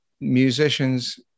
musicians